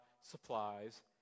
supplies